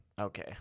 Okay